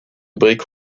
brique